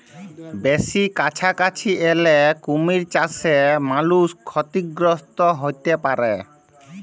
বেসি কাছাকাছি এলে কুমির চাসে মালুষ ক্ষতিগ্রস্ত হ্যতে পারে